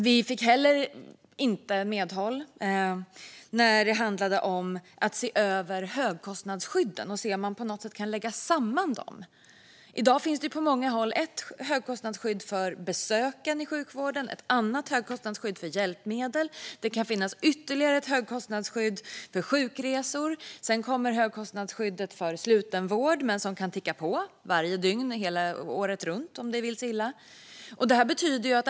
Vi fick heller inte medhåll när det handlade om att se över högkostnadsskydden och se om man på något sätt kan lägga samman dem. I dag finns det på många håll ett högkostnadsskydd för besöken i sjukvården och ett annat högkostnadsskydd för hjälpmedel. Det kan finnas ytterligare ett högkostnadsskydd för sjukresor. Sedan kommer högkostnadsskyddet för slutenvård, som kan ticka på - varje dygn året runt om det vill sig illa.